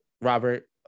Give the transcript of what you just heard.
Robert